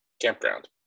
campground